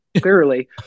clearly